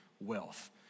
wealth